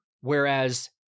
whereas